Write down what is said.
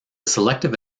selective